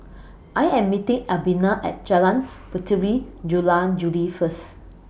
I Am meeting Albina At Jalan Puteri Jula Juli First